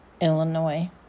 Illinois